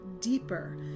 deeper